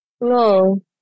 No